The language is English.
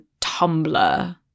Tumblr